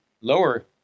lower